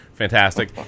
Fantastic